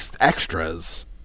extras